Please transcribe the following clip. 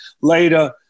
later